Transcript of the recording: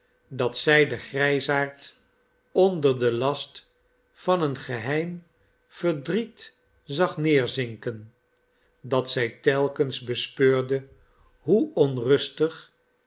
dat zij den grijsaard onder den last van een geheim verdriet zag neerzinken dat zij telkens bespeurde hoe onrustig